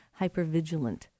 hypervigilant